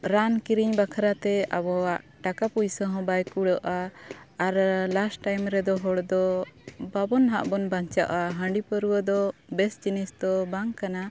ᱨᱟᱱ ᱠᱤᱨᱤᱧ ᱵᱟᱠᱷᱨᱟ ᱛᱮ ᱟᱵᱚᱣᱟᱜ ᱴᱟᱠᱟ ᱯᱩᱚᱥᱟ ᱦᱚᱸ ᱵᱟᱭ ᱠᱩᱲᱟᱹᱜᱼᱟ ᱟᱨ ᱞᱟᱥᱴ ᱴᱟᱭᱤᱢ ᱨᱮᱫᱚ ᱦᱚᱲ ᱫᱚ ᱵᱟᱵᱚᱱ ᱦᱟᱸᱜ ᱵᱚᱱ ᱵᱟᱧᱪᱟᱜᱼᱟ ᱦᱟᱺᱰᱤ ᱯᱟᱹᱣᱨᱟᱹ ᱫᱚ ᱵᱮᱥ ᱡᱤᱱᱤᱥ ᱫᱚ ᱵᱟᱝ ᱠᱟᱱᱟ